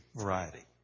variety